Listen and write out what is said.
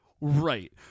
Right